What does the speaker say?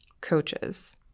coaches